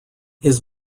his